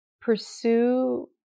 pursue